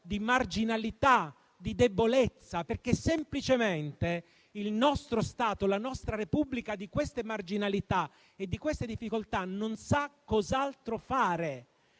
di marginalità, di debolezza, perché semplicemente il nostro Stato, la nostra Repubblica di queste marginalità e di queste difficoltà non sa cos'altro fare.